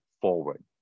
forward